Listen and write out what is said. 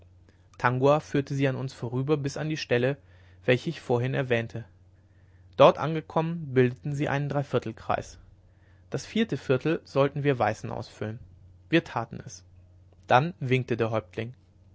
tangua führte sie an uns vorüber bis an die stelle welche ich vorhin erwähnte dort angekommen bildeten sie einen dreiviertelkreis das vierte viertel sollten wir weißen ausfüllen wir taten es dann winkte der häuptling